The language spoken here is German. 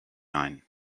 einen